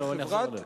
אחזור עליהם.